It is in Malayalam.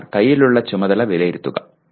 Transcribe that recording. അതിനാൽ കയ്യിലുള്ള ചുമതല വിലയിരുത്തുക